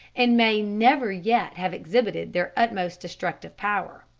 and may never yet have exhibited their utmost destructive power.